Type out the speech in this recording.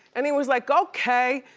and he was like, okay,